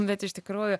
bet iš tikrųjų